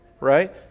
right